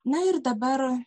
na ir dabar